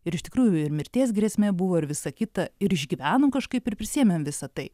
ir iš tikrųjų ir mirties grėsmė buvo ir visa kita ir išgyvenom kažkaip ir prisiėmėm visą tai